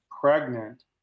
pregnant